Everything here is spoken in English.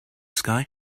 sky